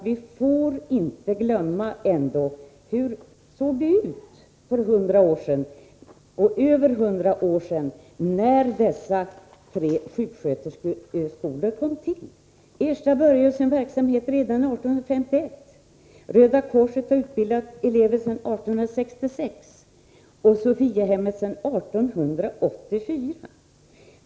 Vi får inte glömma hur det såg ut för över hundra år sedan när dessa tre sjuksköterskeskolor kom till. Ersta började sin verksamhet redan 1851. Röda korset har utbildat elever sedan 1866, och Sophiahemmet sedan 1884.